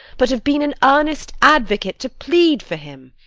but have been an earnest advocate to plead for him.